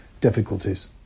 difficulties